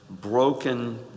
broken